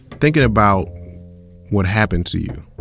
thinking about what happened to you,